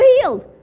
healed